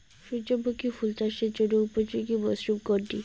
সূর্যমুখী ফুল চাষের জন্য উপযোগী মরসুম কোনটি?